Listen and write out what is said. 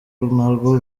narwo